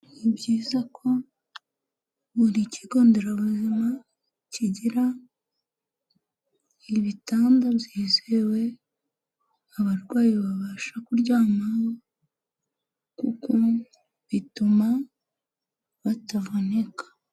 Ni byiza ko buri kigo nderabuzima kigira ibitanda byizewe abarwayi babasha kuryamaho, kuko bituma batavunika.